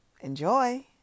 enjoy